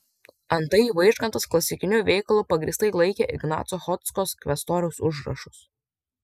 antai vaižgantas klasikiniu veikalu pagrįstai laikė ignaco chodzkos kvestoriaus užrašus